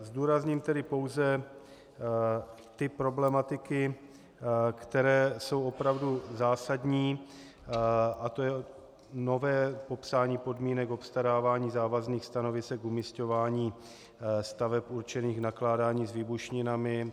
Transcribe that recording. Zdůrazním tedy pouze ty problematiky, které jsou opravdu zásadní, a to je nové popsání podmínek obstarávání závazných stanovisek umisťování staveb určených k nakládání s výbušninami.